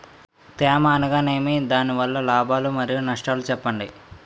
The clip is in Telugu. తేమ అనగానేమి? దాని వల్ల లాభాలు మరియు నష్టాలను చెప్పండి?